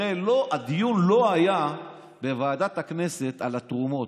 הרי הדיון בוועדת הכנסת לא היה על התרומות.